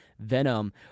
Venom